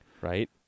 Right